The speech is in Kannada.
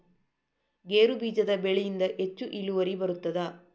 ಗೇರು ಬೀಜದ ಬೆಳೆಯಿಂದ ಹೆಚ್ಚು ಇಳುವರಿ ಬರುತ್ತದಾ?